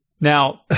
Now